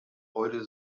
heute